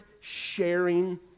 sharing